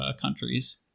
countries